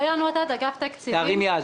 אני ביאן ותד, מאגף תקציבים.